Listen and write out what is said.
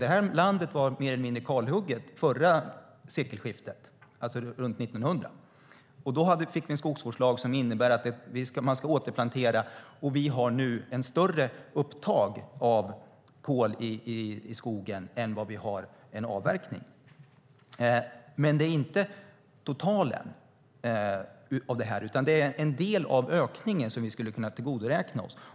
Det här landet var mer eller mindre kalhugget vid förra sekelskiftet, alltså runt 1900. Då fick vi en skogsvårdslag som innebar att man skulle återplantera. Vi har nu ett större upptag av kol i skogen än vad vi har avverkning. Men det är inte totalen av det här, utan det är en del av ökningen som vi skulle kunna tillgodoräkna oss.